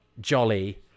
jolly